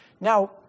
Now